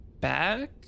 back